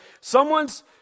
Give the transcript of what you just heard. someone's